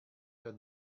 your